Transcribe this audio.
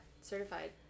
certified